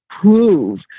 prove